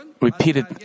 repeated